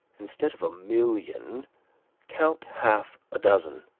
instead of a million count half a dozen,